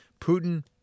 Putin